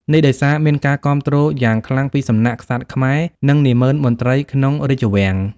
នេះដោយសារមានការគាំទ្រយ៉ាងខ្លាំងពីសំណាក់ក្សត្រខ្មែរ និងនាម៉ឺនមន្ត្រីក្នុងរាជវាំង។